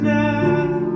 now